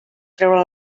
treure